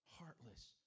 heartless